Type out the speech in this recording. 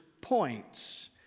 points